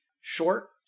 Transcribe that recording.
short